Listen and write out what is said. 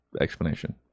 explanation